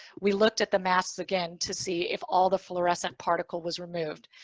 we looked at the masks again to see if all the florescent particle was removed.